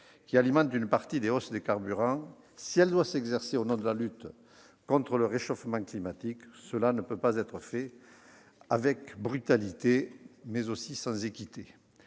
qui alimente une partie des hausses des carburants, si elle doit s'exercer au nom de la lutte contre le réchauffement climatique, cela ne peut pas être fait avec brutalité, mais aussi sans équité.